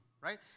right